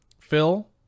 Phil